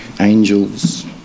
Angels